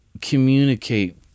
communicate